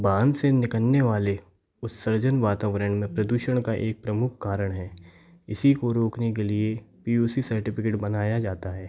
वाहन से निकालने वाले उत्सर्जन वातावरण में प्रदूषण का एक प्रमुख कारण हैं इसी को रोकने के लिए पी यू सी सर्टिफिकेट बनाया जाता है